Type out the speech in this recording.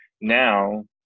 Now